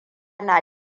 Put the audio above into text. na